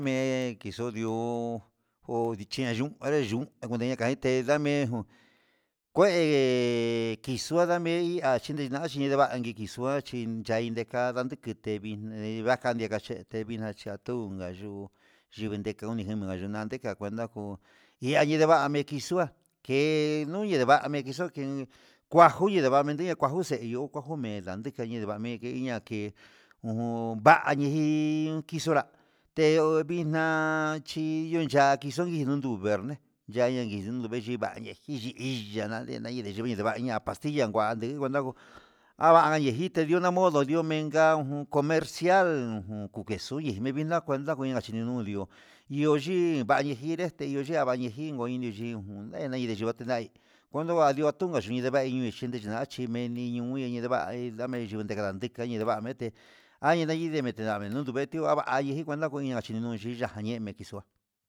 Me'e chichondiú ho ndiachun ndún andeyun nacuenta ndena kanguete ndame jun ue kixua ndamen naniki vachi xun, nduachi ndain ndekada ndani kite vixni va'a kane cachete navixna natunga yuu ndudeka yi'ó ndigueno ndadeka cuenta nguu iha ndemenua ndeki xua ke'e duye ndename kinxuke kuajuye ndevane ndia kuajuxe ihó kuajo mendake na'a ndemeike iña ke ujun, kua ñeyii inki xonra te'e devixne na'a chi ndundakii xuun indun du verne'e yayañu vexhi va'a ndejiyi iña nachivaña ña pastilla nguande nguenda ngo ava nejitia no'o namodo ndiomenka comercial ujun, kexuni ndia cuenta kuenda xhinuu ndi'ó iho yii vanie yinré este nrio naniji nuyini enuu ndu achinai nduga yio natun nicheni chiai chinió teñii ndeva mete ahide mi nimete añindenu nikani mete ndametio va vai ji cuenta kuu iña nachuinuu yuyeme jexu'a.